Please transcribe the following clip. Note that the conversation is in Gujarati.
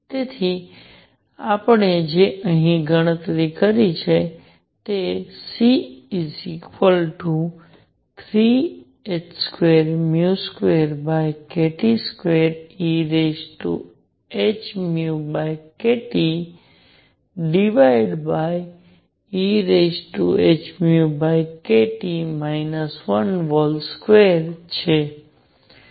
તેથી આપણે જે ગણતરી કરી છે તે C3h22kT2 ehνkTehνkT 1 2 છે